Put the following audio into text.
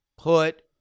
put